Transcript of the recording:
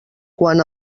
quan